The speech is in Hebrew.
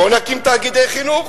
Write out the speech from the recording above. בוא נקים תאגידי חינוך.